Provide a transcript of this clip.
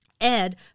Ed